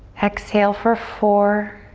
exhale for four,